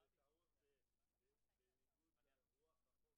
זו טעות בניגוד לרוח החוק.